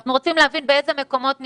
אנחנו רוצים להבין באיזה מקומות נדגמו,